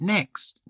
Next